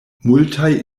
multaj